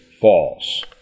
false